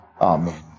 amen